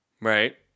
Right